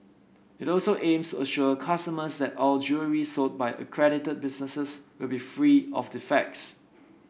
it also aims assure consumers that all jewellery sold by accredited businesses will be free of defects